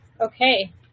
okay